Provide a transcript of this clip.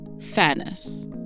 fairness